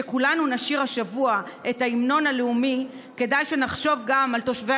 כשכולנו נשיר השבוע את ההמנון הלאומי כדאי שנחשוב גם על תושבי